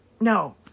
No